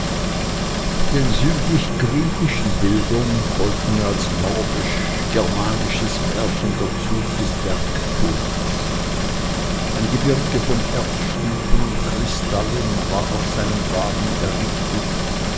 den südlich griechischen bildern folgte als nordisch germanisches märchen der zug des bergkönigs ein gebirge von erzstufen und kristallen war auf seinem wagen errichtet